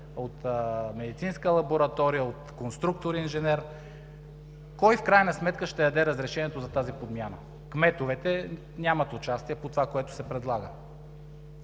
от медицинска лаборатория, от конструктор-инженер, кой в крайна сметка ще даде разрешението за тази подмяна. Кметовете нямат участие по това, което се предлага.